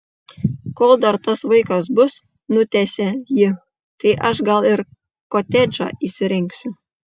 kol dar tas vaikas bus nutęsia ji tai aš gal ir kotedžą įsirengsiu